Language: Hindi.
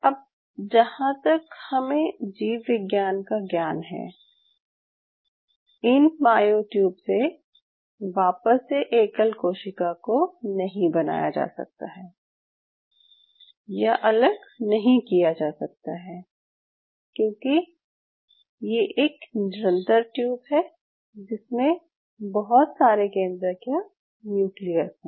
अब जहाँ तक हमें जीव विज्ञान का ज्ञान है इन मायोट्यूब से वापस से एकल कोशिका को नहीं बनाया जा सकता है या अलग नहीं किया जा सकता है क्यूंकि ये एक निरंतर ट्यूब है जिसमे बहुत सारे केन्द्रक या न्यूक्लियस हैं